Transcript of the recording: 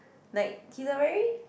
like he's a very